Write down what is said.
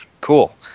cool